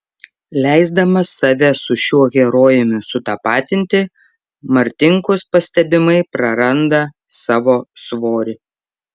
leisdamas save su šiuo herojumi sutapatinti martinkus pastebimai praranda savo svorį